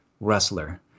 wrestler